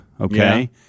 Okay